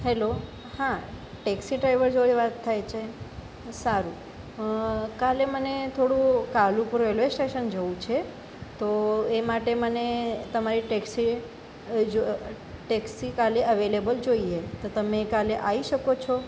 hello હા taxi driver જોડે વાત થાય છે સારું કાલે મને થોડું કાલુપુર રેલવે સ્ટેશન જવું છે તો એ માટે મને તમારી ટેક્સી ટેક્સી કાલે અવેલેબલ જોઈએ તો તમે કાલે આવી શકો છો